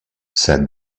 said